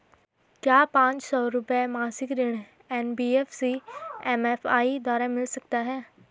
क्या पांच सौ रुपए मासिक ऋण एन.बी.एफ.सी एम.एफ.आई द्वारा मिल सकता है?